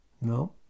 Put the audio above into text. No